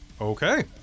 Okay